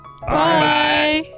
Bye